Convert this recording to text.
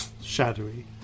shadowy